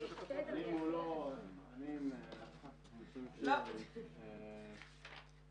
יש לה הרבה מאוד אנשים שזכאים לדיור ציבורי והיא